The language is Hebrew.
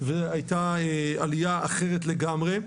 והייתה עלייה אחרת לגמרי.